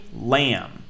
Lamb